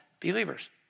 believers